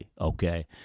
Okay